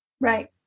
right